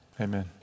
amen